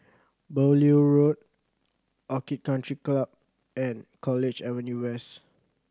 Beaulieu Road Orchid Country Club and College Avenue West